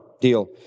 deal